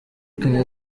kenya